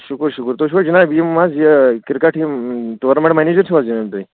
شُکُر شُکر تُہۍ چھُو حظ جناب یِم حظ یہِ کِرکٹ یِم ٹورنامٮ۪نٛٹ مَنیجر چھُو حظ جناب تُہۍ